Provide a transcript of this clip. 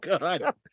God